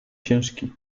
ciężki